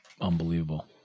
Unbelievable